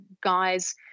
guys